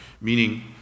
meaning